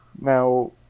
Now